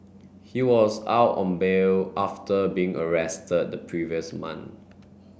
he was out on bail after being arrested the previous month